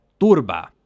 turba